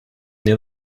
near